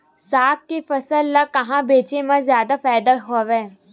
साग के फसल ल कहां बेचे म जादा फ़ायदा हवय?